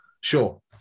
Sure